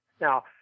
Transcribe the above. Now